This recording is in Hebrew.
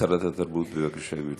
שרת התרבות, בבקשה, גברתי.